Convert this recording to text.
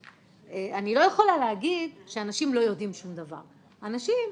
אני לא יכולה להגיד שאנשים לא יודעים שום דבר --- לא,